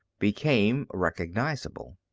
became recognizable.